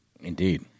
Indeed